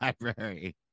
library